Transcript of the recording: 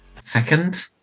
second